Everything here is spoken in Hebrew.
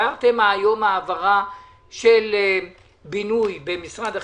הבאתם היום העברה של בינוי במשרד החינוך.